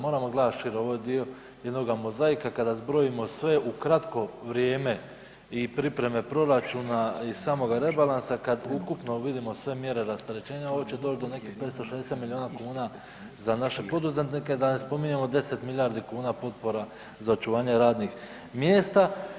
Moramo gledat šire, ovo je dio jednoga mozaika, kada zbrojimo sve u kratko vrijeme i pripreme proračuna i samoga rebalansa kad ukupno vidimo sve mjere rasterećenja ovo će doć do nekih 560 milijuna kuna za naše poduzetnike, da ne spominjemo 10 milijardi kuna potpora za očuvanje radnih mjesta.